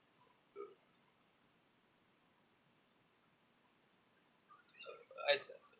uh I